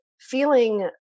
feeling